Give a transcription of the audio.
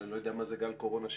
אני לא יודע מה זה גל קורונה שני,